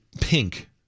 pink